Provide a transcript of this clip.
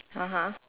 (uh huh)